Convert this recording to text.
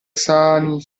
sani